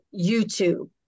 YouTube